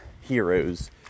heroes